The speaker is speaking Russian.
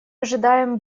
ожидаем